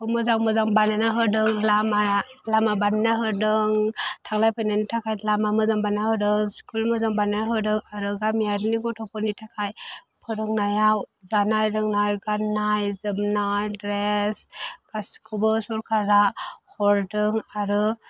स्कुलखौ मोजां मोजां बानायना होदों लामा लामा बानायना होदों थांलाय फैनायनि थाखाय लामा मोजां बानायना होदों स्कुल मोजां बानायना होदों आरो गामियारिनि गथ'फोरनि थाखाय फोरोंनायाव जानाय लोंनाय गाननाय जोमनाय द्रेस गासिखौबो सोरखारा हरदों आरो